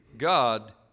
God